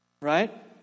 right